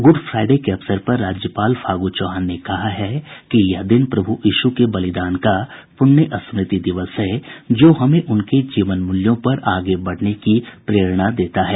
good Friday के अवसर पर राज्यपाल फागू चौहान ने कहा है कि यह दिन प्रभु यीशू के बलिदान का पुण्य स्मृति दिवस है जो हमें उनके जीवन मूल्यों पर आगे बढ़ने की प्रेरणा देता है